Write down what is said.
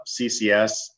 CCS